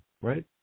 right